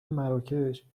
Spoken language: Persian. مراکش